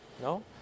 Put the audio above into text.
No